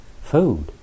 food